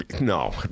No